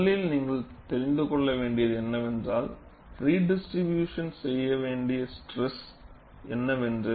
முதலில் நீங்கள் தெரிந்துக்கொள்ள வேண்டியது என்னவென்றால் ரிடிஸ்ட்ரிபியூஷன் செய்ய வேண்டிய ஸ்டிரஸ் என்ன வென்று